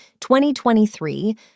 2023